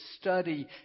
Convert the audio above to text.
study